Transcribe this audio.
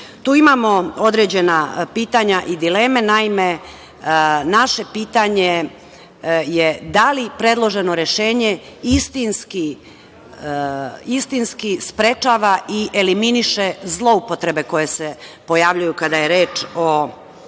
tu imamo određena pitanja i dileme. Naime, naše pitanje je - da li predloženo rešenje istinski sprečava i eliminiše zloupotrebe koje se pojavljuju kada je reč o